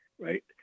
right